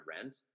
rent